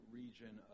region